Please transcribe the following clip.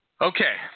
Okay